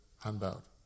handout